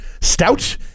stout